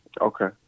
Okay